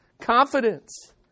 Confidence